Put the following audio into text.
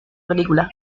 película